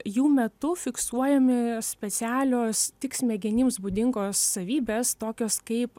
jų metu fiksuojami specialios tik smegenims būdingos savybės tokios kaip